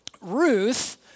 Ruth